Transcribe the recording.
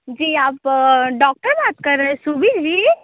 जी आप डॉक्टर बात कर रहे सुबीर जी